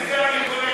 תודה, חבר הכנסת מגל.